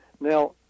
now